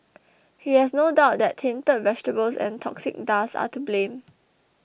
he has no doubt that tainted vegetables and toxic dust are to blame